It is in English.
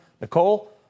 Nicole